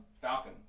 Falcon